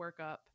workup